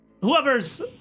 Whoever's